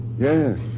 Yes